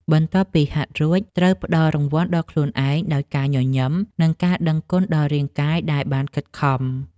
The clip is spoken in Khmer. បន្ទាប់ពីហាត់រួច ត្រូវផ្ដល់រង្វាន់ដល់ខ្លួនឯងដោយការញញឹម និងការដឹងគុណដល់រាងកាយដែលបានខិតខំ។